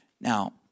Now